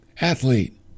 athlete